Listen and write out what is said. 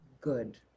Good